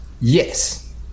Yes